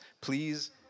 Please